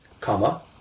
Comma